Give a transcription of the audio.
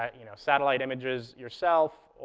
ah you know, satellite images yourself,